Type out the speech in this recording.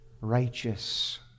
righteous